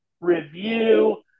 review